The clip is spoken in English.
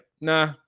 nah